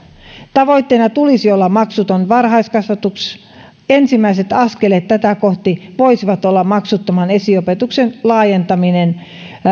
tavoitteena tulisi olla maksuton varhaiskasvatus ensimmäiset askeleet tätä kohti voisivat olla maksuttoman esiopetuksen laajentaminen